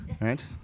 right